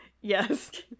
Yes